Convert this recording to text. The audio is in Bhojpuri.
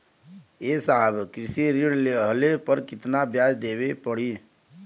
ए साहब कृषि ऋण लेहले पर कितना ब्याज देवे पणी?